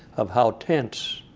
of how tense